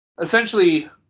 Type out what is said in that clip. essentially